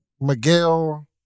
Miguel